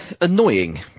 annoying